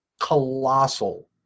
colossal